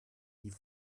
die